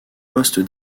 poste